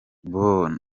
bonny